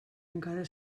encara